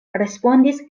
respondis